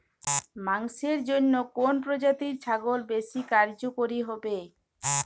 মাংসের জন্য কোন প্রজাতির ছাগল বেশি কার্যকরী হবে?